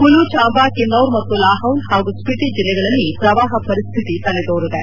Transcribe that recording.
ಕುಲು ಚಾಂಬಾ ಕಿನ್ನೌರ್ ಮತ್ತು ಲಾಹೌಲ್ ಹಾಗೂ ಸ್ವಿಟಿ ಜಿಲ್ಲೆಗಳಲ್ಲಿ ಪ್ರವಾಹ ಪರಿಸ್ವಿತಿ ತಲೆದೋರಿದೆ